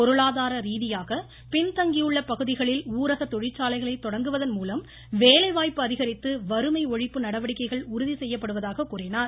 பொருளாதார ரீதியாக பின்தங்கியுள்ள பகுதிகளில் ஊரக தொழிற்சாலைகளை தொடங்குவதன் மூலம் வேலைவாய்ப்பு அதிகரித்து வறுமை ஒழிப்பு நடவடிக்கைகள் உறுதி செய்யப்படுவதாக கூறினார்